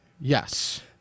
Yes